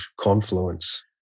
confluence